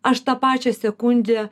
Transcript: aš tą pačią sekundę